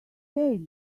say